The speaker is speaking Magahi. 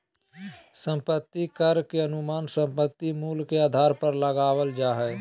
संपत्ति कर के अनुमान संपत्ति मूल्य के आधार पर लगय हइ